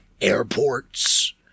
Airports